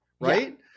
Right